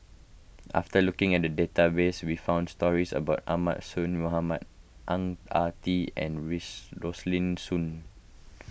after looking at the database we found stories about Ahmad Mohamad Ang Ah Tee and Rosaline Soon